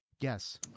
Yes